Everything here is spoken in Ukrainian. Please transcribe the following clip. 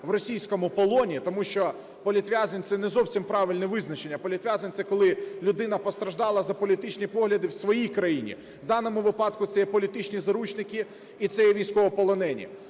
в російському полоні, тому що політв'язень – це не зовсім правильне визначення, політв'язень – це коли людина постраждала за політичні погляди в своїй країні, в даному випадку це є політичні заручники і це є військовополонені,